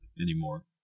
anymore